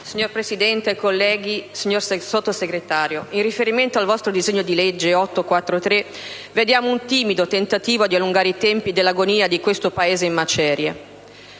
Signor Presidente, colleghi, signor Sottosegretario, in riferimento al vostro disegno di legge n. 843, vediamo un timido tentativo di allungare i tempi dell'agonia di questo Paese in macerie: